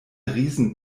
riesen